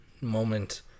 moment